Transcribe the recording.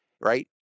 right